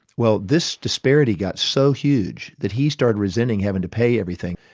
well this disparity got so huge that he started resenting having to pay everything,